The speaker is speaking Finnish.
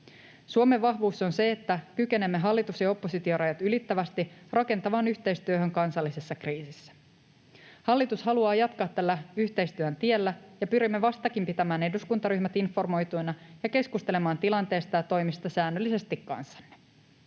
Suomen vahvuus on se, että kykenemme hallitus- ja oppositiorajat ylittävästi rakentavaan yhteistyöhön kansallisessa kriisissä. Hallitus haluaa jatkaa tällä yhteistyön tiellä, ja pyrimme vastakin pitämään eduskuntaryhmät informoituina ja keskustelemaan tilanteesta ja toimista säännöllisesti kanssanne.